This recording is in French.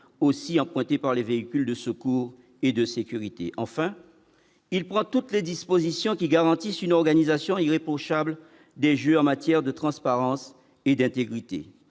aussi empruntée par les véhicules de secours et de sécurité, enfin il prend toutes les dispositions qui garantissent une organisation irréprochable dès juin matière de transparence et d'intégrité